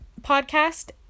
podcast